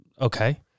okay